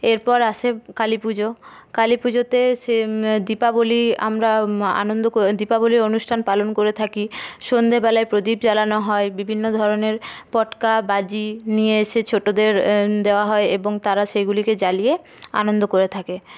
এর পর আসে কালী পুজো কালী পুজোতে এসে দীপাবলি আমরা আনন্দ দীপাবলির অনুষ্ঠান পালন করে থাকি সন্ধ্যেবেলায় প্রদীপ জালানো হয় বিভিন্ন ধরণের পটকা বাজি নিয়ে এসে ছোটোদের দেওয়া হয় এবং তারা সেগুলিকে জ্বালিয়ে আনন্দ করে থাকে